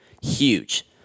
huge